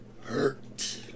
hurt